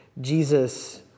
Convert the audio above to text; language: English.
Jesus